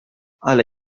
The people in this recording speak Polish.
ale